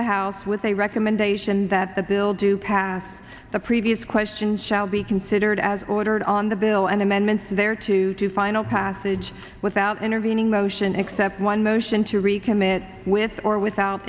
the house with a recommendation that the bill do pass the previous question shall be considered as ordered on the bill and amendments there to final passage without intervening motion except one motion to recommit with or without